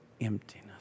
emptiness